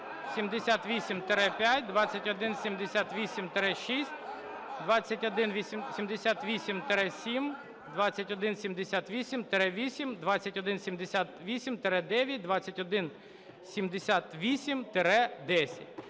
2178-5, 2178-6, 2178-7, 2178-8, 2178-9, 2178-10)